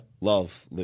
Love